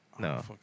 No